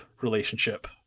relationship